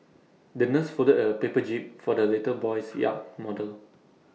the nurse folded A paper jib for the little boy's yacht model